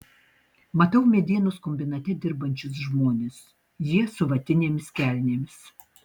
matau medienos kombinate dirbančius žmones jie su vatinėmis kelnėmis